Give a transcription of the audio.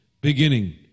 beginning